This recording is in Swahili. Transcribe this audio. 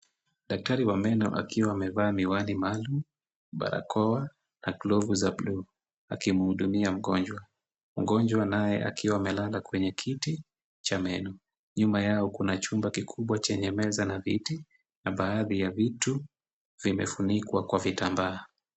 Daktari wa meno akiwa amevaa miwani maalum, barakoa na glovu ya buluu akimhudumia mgonjwa. Mgonjwa naye akiwa amelala kwenye kiti cha meno. Nyuma yao kuna chumba kikubwa chenye meza na viti na baadhi ya vitu vimefunikwa kwa vitambaa.